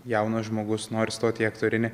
jaunas žmogus nori stot į aktorinį